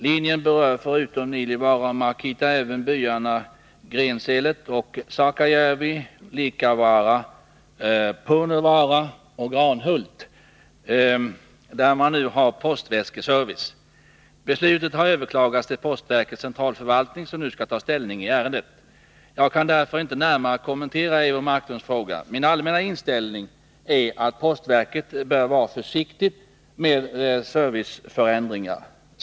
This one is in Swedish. Linjen berör förutom Nilivaara och Markitta även byarna Grenselet, Sakajärvi, Liikavaara, Purnuvaara och Granhult, där man nu har postväsksservice. Beslutet har överklagats till postverkets centralförvaltning, som nu skall ta ställning i ärendet. Jag kan därför inte närmare kommentera Eivor Marklunds fråga. Min allmänna inställning är att postverket bör vara försiktigt med serviceförändringar.